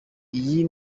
iyi